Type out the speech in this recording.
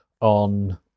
on